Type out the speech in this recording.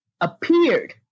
appeared